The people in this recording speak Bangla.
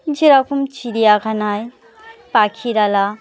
যেরকম চিড়িয়াখানায় পাখিরালয়